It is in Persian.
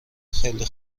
خیلی